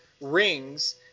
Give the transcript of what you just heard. rings